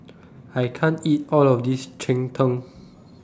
I can't eat All of This Cheng Tng